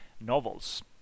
novels